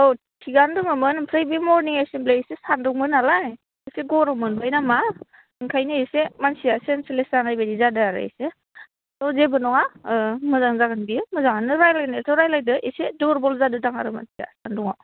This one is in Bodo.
औ थिगानो दंमोन ओमफ्राय बे मरनिं एसेमब्लियाव एसे सान्दुंमोन नालाय एसे गरम मोनबाय नामा ओंखायनो एसे मानसिया सेनसलेस जानायबादि जादों आरो एसे जेबो नङा मोजां जागोन बियो मोजाङानो रायज्लायनायाथ' रायज्लायदो एसे दुरबल जादो आरो थारमाने मानसिया सान्दुंआव